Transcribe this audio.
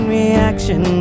reaction